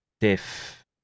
diff